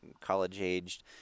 college-aged